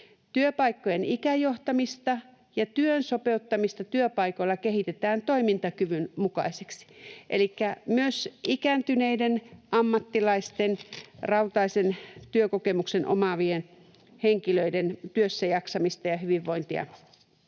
Työpaikkojen ikäjohtamista ja työn sopeuttamista työpaikoilla kehitetään toimintakyvyn mukaiseksi.” Elikkä myös ikääntyneiden ammattilaisten, rautaisen työkokemuksen omaavien henkilöiden työssä jaksamista ja hyvinvointia